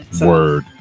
word